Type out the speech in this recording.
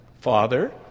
father